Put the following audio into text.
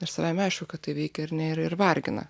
ir savaime aišku kad tai veikia ar ne ir ir vargina